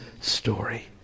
story